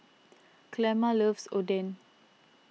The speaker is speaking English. Clemma loves Oden